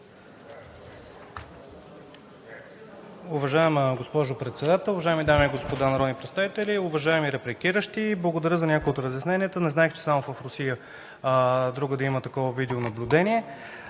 Уважаема госпожо Председател, уважаеми дами и господа народни представители! Уважаеми репликиращи, благодаря за някои от разясненията. Не знаех, че само в Русия има такова видеонаблюдение,